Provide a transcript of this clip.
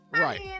right